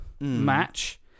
match